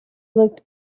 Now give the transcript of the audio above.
looked